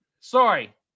Sorry